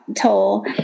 toll